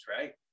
right